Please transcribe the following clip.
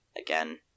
again